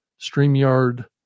StreamYard